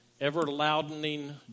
ever-loudening